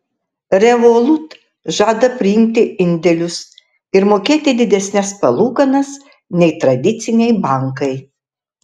revolut žada priimti indėlius ir mokėti didesnes palūkanas nei tradiciniai bankai